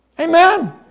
Amen